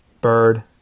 Bird